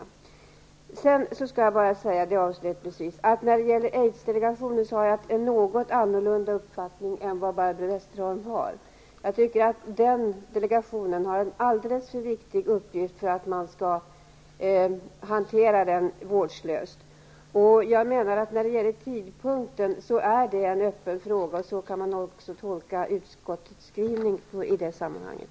Avslutningsvis vill jag säga att jag har en något annorlunda uppfattning om Aids-delegationen än vad Barbro Westerholm har. Jag tycker att den delegationen har en alldeles för viktig uppgift för att man skall hantera den vårdslöst. Jag menar att tidpunkten är en öppen fråga, och så kan man också tolka utskottets skrivning i det sammanhanget.